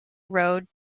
road